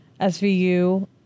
svu